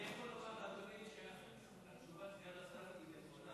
אני יכול לומר לאדוני שתשובת סגן השר היא נכונה?